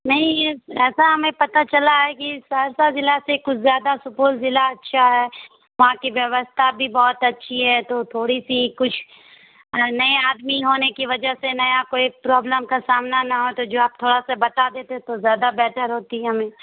نہیں یہ ایسا ہمیں پتہ چلا ہے کہ سہرسہ ضلع سے کچھ زیادہ سپول ضلع اچھا ہے وہاں کی ویوستھا بھی بہت اچھی ہے تو تھوڑی سی کچھ نئے آدمی ہونے کی وجہ سے نیا کوئی پرابلم کا سامنا نہ ہو تو جو آپ تھوڑا سا بتا دیتے تو زیادہ بہتر ہوتی ہمیں